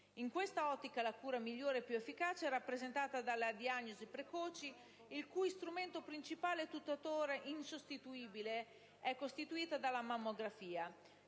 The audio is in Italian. In questa ottica, la cura migliore e più efficace è rappresentata dalla diagnosi precoce, il cui strumento principale e tuttora insostituibile è costituito dalla mammografia.